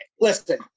listen